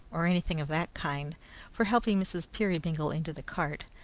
or anything of that kind for helping mrs. peerybingle into the cart,